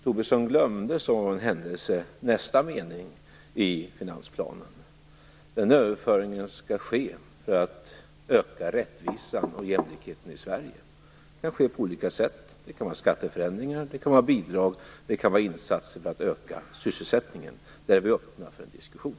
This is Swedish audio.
Tobisson glömde, som av en händelse, nästa mening i finansplanen. Denna överföring skall ske för att öka rättvisan och jämlikheten i Sverige. Det kan ske på olika sätt. Det kan vara skatteförändringar, det kan vara bidrag och det kan vara insatser för att öka sysselsättningen. Där är vi öppna för en diskussion.